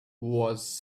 was